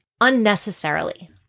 unnecessarily